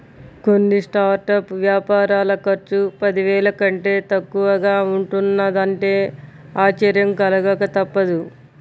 కొన్ని స్టార్టప్ వ్యాపారాల ఖర్చు పదివేల కంటే తక్కువగా ఉంటున్నదంటే ఆశ్చర్యం కలగక తప్పదు